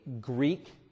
Greek